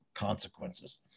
consequences